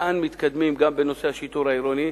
לאן מתקדמים גם בנושא השיטור העירוני,